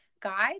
guide